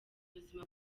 ubuzima